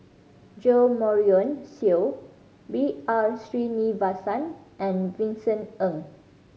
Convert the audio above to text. Jo Marion Seow B R Sreenivasan and Vincent Ng